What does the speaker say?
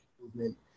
movement